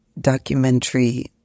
documentary